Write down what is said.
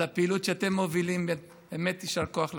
מהפעילות שאתם מובילים, באמת יישר כוח לכם.